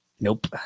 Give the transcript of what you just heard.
Nope